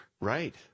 Right